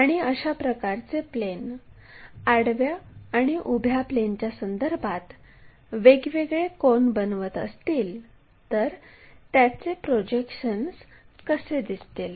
आणि अशा प्रकारचे प्लेन आडव्या प्लेन आणि उभ्या प्लेनच्या संदर्भात वेगवेगळे कोन बनवत असतील तर त्यांचे प्रोजेक्शन्स कसे दिसतील